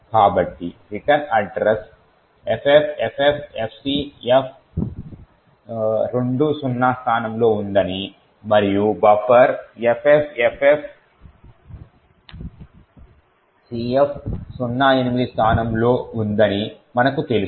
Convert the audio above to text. కాబట్టి return address FFFFCF20 స్థానంలో ఉందని మరియు బఫర్ FFFFCF08 స్థానంలో ఉందని మనకు తెలుసు